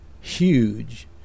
huge